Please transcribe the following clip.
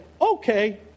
okay